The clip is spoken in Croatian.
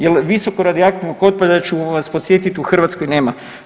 Jer visoko radioaktivnog otpada ću vas podsjetiti u Hrvatskoj nema.